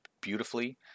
beautifully